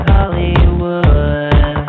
Hollywood